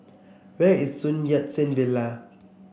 where is Sun Yat Sen Villa